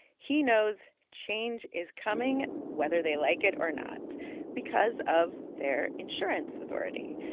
he knows change is coming whether they like it or not because of their insurance authority.